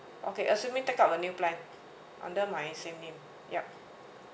okay assuming take up a new line under my same name yup